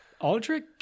Aldrich